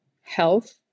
health